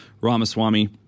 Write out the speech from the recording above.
Ramaswamy